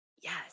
Yes